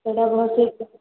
ସେଟା ଭଲ୍ସେ